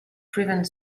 prevent